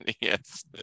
Yes